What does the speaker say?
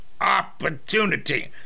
opportunity